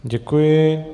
Děkuji.